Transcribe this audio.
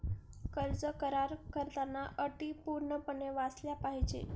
कर्ज करार करताना अटी पूर्णपणे वाचल्या पाहिजे